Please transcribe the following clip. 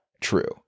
true